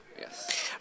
Yes